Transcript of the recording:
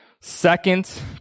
Second